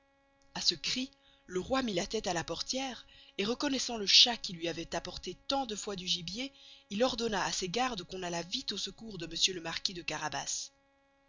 a ce cry le roy mit la teste à la portiere et reconnoissant le chat qui luy avoit apporté tant de fois du gibier il ordonna à ses gardes qu'on allast vite au secours de monsieur le marquis de carabas